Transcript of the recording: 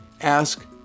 ask